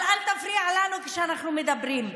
אבל אל תפריע לנו כשאנחנו מדברים.